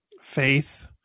faith